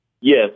Yes